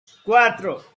cuatro